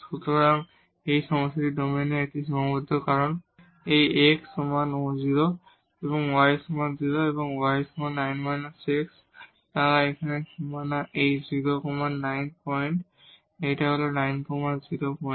সুতরাং এই সমস্যাটির ডোমেইন এখানে সীমাবদ্ধ ডোমেইন কারণ এই x সমান 0 y সমান 0 এবং y সমান 9 − x তারা এখানে বাউন্ডারি এই 0 9 পয়েন্ট এই হল 9 0 পয়েন্ট